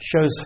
shows